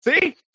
See